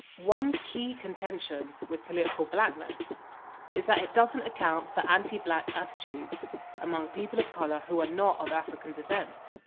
one key contention with political blackness is that it doesn't account for anti-black attitudes among people of colour who are not of african descent.